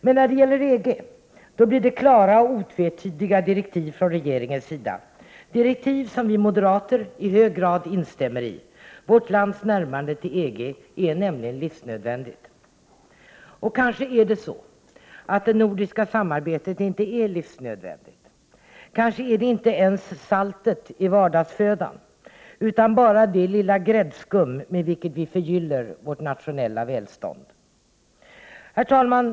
Men när det gäller EG blir det klara och otvetydiga direktiv från regeringens sida — direktiv som vi moderater i hög grad instämmer i. Vårt lands närmande till EG är livsnödvändigt. Kanske är det så att det nordiska samarbetet inte är livsnödvändigt. Kanske är det inte ens saltet i vardagsfödan, utan bara det lilla gräddskum med vilket vi förgyller vårt nationella välstånd. Herr talman!